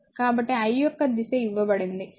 కాబట్టి I యొక్క దిశ ఇవ్వబడింది